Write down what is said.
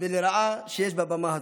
ולרעה שיש בבמה הזאת.